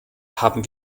haben